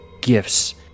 gifts